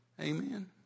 Amen